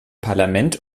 parlament